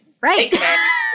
Right